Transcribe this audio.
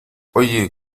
oye